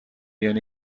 یعنی